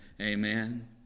Amen